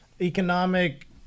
economic